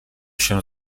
się